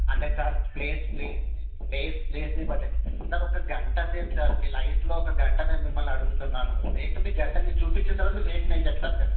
అంటే sir place ప్లేసుని place ప్లేసుని బట్టి సార్ ఒక గంటసేపు సార్ మీ లైఫ్లో ఒక గంట నేను మిమ్మల్ని అడుగుతున్నాను రేటు మీకు వెంటనే మీకు చూపించిన తర్వాత రేటు మీకు చెప్తాను కదా